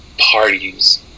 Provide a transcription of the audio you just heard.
parties